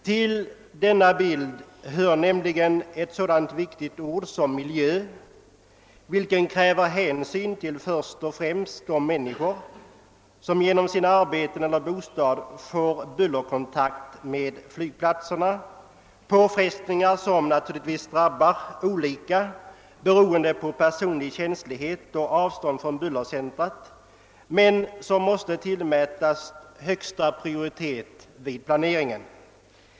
Till bilden hör nämligen också något så viktigt som miljön; man måste ta hänsyn först och främst till de människor som på sina arbeten eller i sina bostäder får bullerkontakt med flygplatserna, påfrestningar som naturligtvis drabbar olika beroende på personlig känslighet och avståndet till bullercentrum men som förorsakar problem varåt måste ges högsta prioritet vid planeringen.